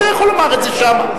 היית יכול לומר את זה שם.